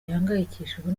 ihangayikishijwe